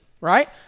right